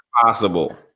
possible